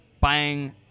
buying